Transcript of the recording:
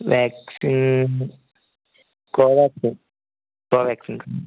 vaccine co vaccine co vaccine